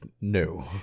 no